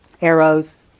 arrows